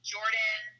Jordan